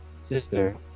Sister